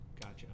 Gotcha